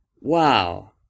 Wow